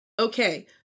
Okay